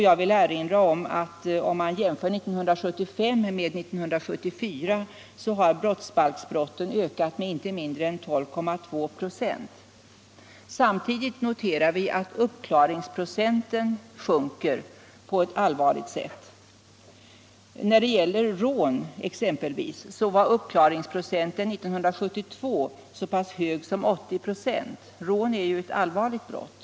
Jag vill erinra om att om man jämför 1975 med 1974 har brottsbalksbrotten ökat med inte mindre än 12,2 26. Samtidigt noterar vi att uppklaringsprocenten sjunker på ett allvarligt sätt. När det gäller exempelvis rån var uppklaringsprocenten 1972 så pass hög som 80 926. Rån är ju ett allvarligt brott.